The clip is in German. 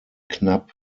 knapp